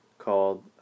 Called